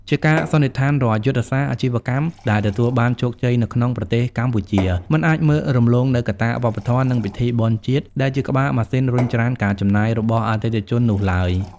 ជាការសន្និដ្ឋាន រាល់យុទ្ធសាស្ត្រអាជីវកម្មដែលទទួលបានជោគជ័យនៅក្នុងប្រទេសកម្ពុជា មិនអាចមើលរំលងនូវកត្តាវប្បធម៌ និងពិធីបុណ្យជាតិ ដែលជាក្បាលម៉ាស៊ីនរុញច្រានការចំណាយរបស់អតិថិជននោះឡើយ។